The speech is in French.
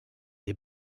des